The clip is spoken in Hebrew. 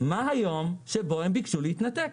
מה היום שבו הם ביקשו להתנתק.